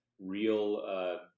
real